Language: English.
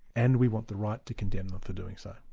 and we want the right to condemn them for doing so.